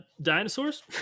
dinosaurs